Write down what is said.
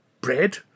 Bread